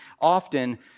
often